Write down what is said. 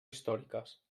històriques